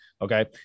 okay